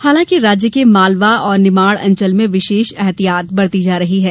हालांकि राज्य के मालवा और निमाड़ अंचल में विशेष ऐहतियात बरती जा रही है